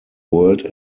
world